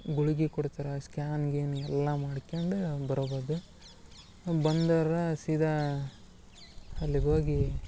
ಗುಳ್ಗಿ ಕೊಡ್ತರ ಸ್ಕ್ಯಾನ್ ಗೀನ್ ಎಲ್ಲ ಮಾಡ್ಕ್ಯಂಡೇ ಬರ್ಬೋದು ಅಲ್ಲಿ ಬಂದರ ಸೀದಾ ಅಲ್ಲಿಗೆ ಹೋಗಿ